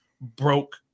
broke